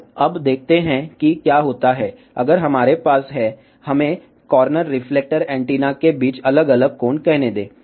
तो अब देखते हैं कि क्या होता है अगर हमारे पास है हमें कॉर्नर रिफ्लेक्टर एंटीना के बीच अलग अलग कोण कहने दें